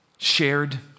shared